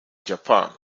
japan